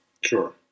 Sure